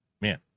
Man